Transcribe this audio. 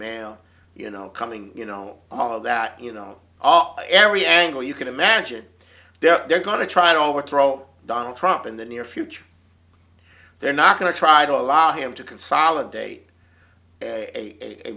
man you know coming you know all of that you know all every angle you can imagine they're going to try to overthrow donald trump in the near future they're not going to try to allow him to consolidate a